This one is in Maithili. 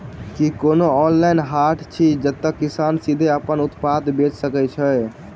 की कोनो ऑनलाइन हाट अछि जतह किसान सीधे अप्पन उत्पाद बेचि सके छै?